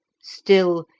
still,